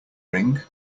ring